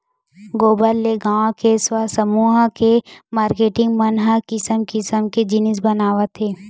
गोबर ले गाँव के स्व सहायता समूह के मारकेटिंग मन ह किसम किसम के जिनिस बनावत हे